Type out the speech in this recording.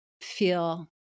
feel